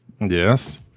Yes